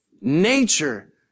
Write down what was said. nature